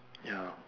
ya